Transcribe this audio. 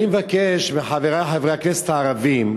אני מבקש מחברי חברי הכנסת הערבים,